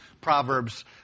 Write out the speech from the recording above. Proverbs